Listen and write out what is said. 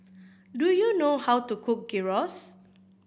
do you know how to cook Gyros